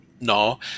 no